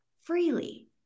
freely